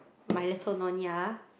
my Little Nyonya